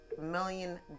million